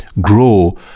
grow